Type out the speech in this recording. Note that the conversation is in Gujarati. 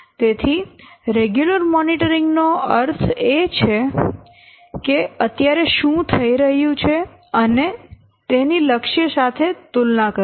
તેથી રેગ્યુલર મોનીટરીંગ નો અર્થ એ છે કે અત્યારે શું થઈ રહ્યું અને તેની લક્ષ્ય સાથે તુલના કરવી